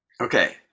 Okay